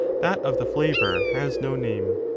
that of the flavour has no name.